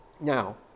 Now